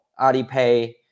alipay